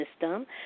system